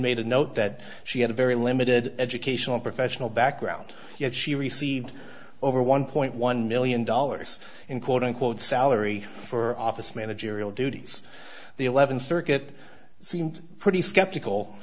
made a note that she had a very limited educational professional background yet she received over one point one million dollars in quote unquote salary for office manager ariel duties the eleventh circuit seemed pretty skeptical